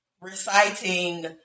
reciting